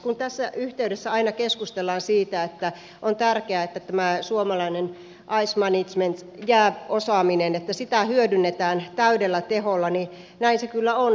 kun tässä yhteydessä aina keskustellaan siitä että on tärkeää että tätä suomalaista ice managementia jääosaamista hyödynnetään täydellä teholla niin näin se kyllä on